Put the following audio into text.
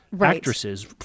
actresses